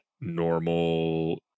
normal